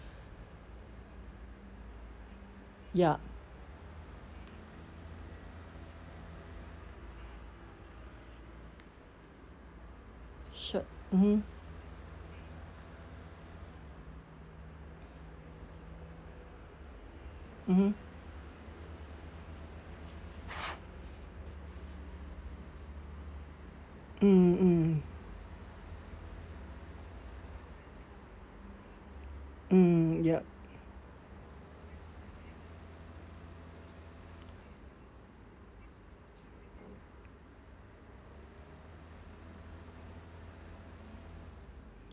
ya sure mmhmm mmhmm hmm hmm hmm yup